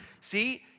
See